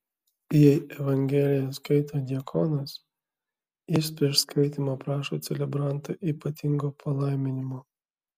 jei evangeliją skaito diakonas jis prieš skaitymą prašo celebrantą ypatingo palaiminimo